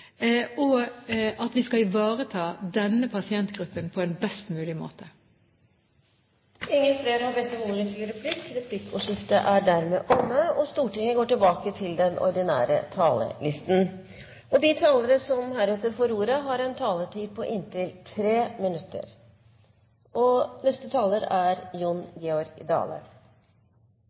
– at vi skal ivareta denne pasientgruppen på en best mulig måte. Replikkordskiftet er omme. De talere som heretter får ordet, har en taletid på inntil 3 minutter. Først til svaret som statsråden gir i replikken sin til representanten Kjønaas Kjos. Realiteten er